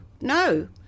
no